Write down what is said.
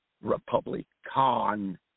Republican